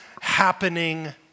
happening